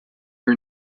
are